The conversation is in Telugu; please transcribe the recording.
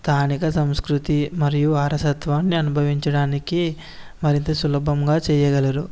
స్తానిక సంస్కృతి మరియు వారసత్వాన్ని అనుభవించడానికి మరింత సులభంగా చేయగలరు